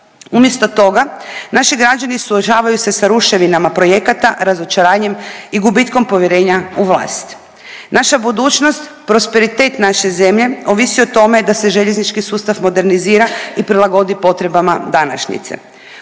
Umjesto toga naši građani suočavaju se sa ruševinama projekata, razočaranjem i gubitkom povjerenja u vlast. Naša budućnost, prosperitet naše zemlje ovisi o tome da se željeznički sustav modernizira i prilagodi potrebama današnjice.